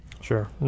Sure